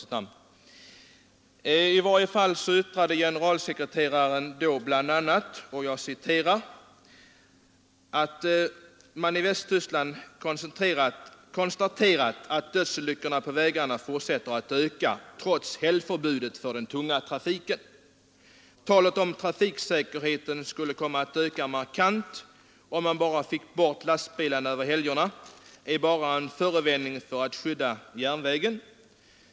Generalsekreteraren yttrade då bl.a. att man i Västtyskland hade konstaterat att dödsolyckorna på vägarna fortsätter att öka trots helgförbud för den tunga trafiken: ”Talet om trafiksäkerheten skulle komma att öka markant, om man bara fick bort lastbilarna över helgerna är bara en förevändning för att skydda järnvägen.